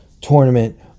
tournament